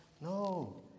No